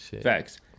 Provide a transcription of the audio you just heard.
Facts